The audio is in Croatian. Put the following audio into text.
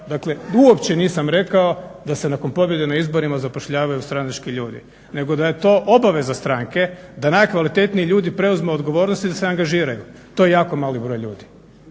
dakle uopće nisam rekao da se nakon pobjede na izborima zapošljavaju stranački ljudi nego da je to obaveza stranke da najkvalitetniji ljudi preuzmu odgovornost i da se angažiraju. To je jako mali broj ljudi.